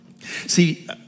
See